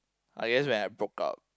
I guess when I broke up